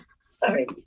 Sorry